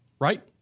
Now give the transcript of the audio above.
right